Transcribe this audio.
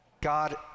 God